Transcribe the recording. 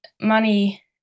money